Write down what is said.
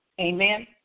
Amen